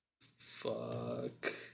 Fuck